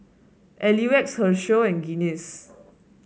L U X Herschel and Guinness